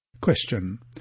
Question